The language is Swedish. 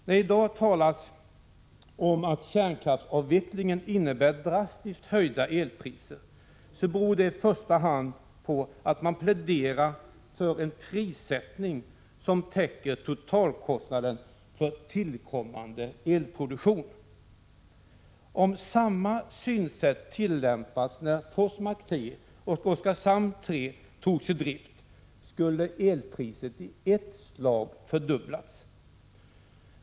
Att det i dag talas om att kärnkraftsavvecklingen innebär drastiskt höjda elpriser beror i första hand på att man pläderar för en prissättning som täcker totalkostnaden för tillkommande elproduktion. Om samma synsätt hade tillämpats när Forsmark 3 och Oskarshamn 3 togs i drift, skulle elpriset i ett slag ha fördubblats.